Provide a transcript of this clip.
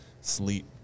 sleep